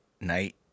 Night